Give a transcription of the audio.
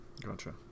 Gotcha